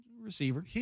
receiver